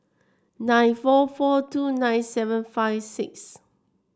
nine four four two nine seven five six